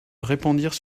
répandirent